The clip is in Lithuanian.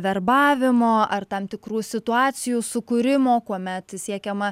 verbavimo ar tam tikrų situacijų sukūrimo kuomet siekiama